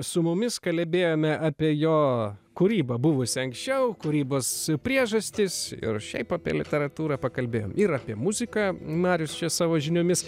su mumis kalbėjome apie jo kūrybą buvusią anksčiau kūrybos priežastis ir šiaip apie literatūrą pakalbėjom ir apie muziką marius čia savo žiniomis